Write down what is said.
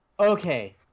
Okay